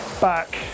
back